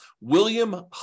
William